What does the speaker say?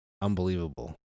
unbelievable